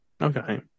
Okay